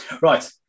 Right